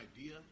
idea